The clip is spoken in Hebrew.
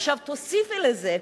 עכשיו תוסיפי לזה,